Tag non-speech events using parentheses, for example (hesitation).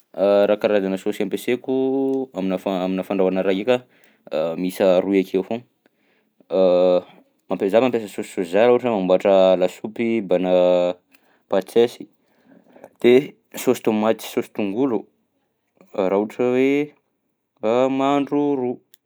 (hesitation) Raha karazana saosy ampiasaiko aminà fa- aminà fandrahoina raha ndraika (hesitation) miisa roy akeo foagna, (hesitation) mampia- za mampiasa saosy soja raha ohatra hoe mamboatra lasopy mbanà paty sèche, de saosy tômaty sy saosy tongolo (hesitation) raha ohatra hoe a- mahandro ro.